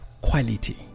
quality